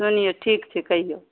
सुनिऔ ठीक छै कहिऔ